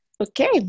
Okay